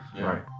Right